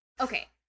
Okay